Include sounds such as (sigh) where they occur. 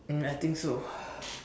um I think so (breath)